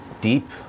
deep